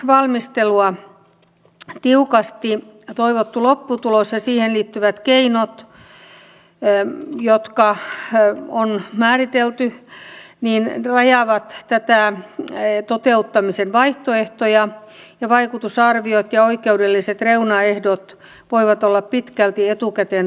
jo ennen säädösvalmistelua tiukasti toivottu lopputulos ja siihen liittyvät keinot jotka on määritelty rajaavat näitä toteuttamisen vaihtoehtoja ja vaikutusarviot ja oikeudelliset reunaehdot voivat olla pitkälti etukäteen rajattuja